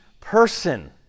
person